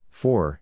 four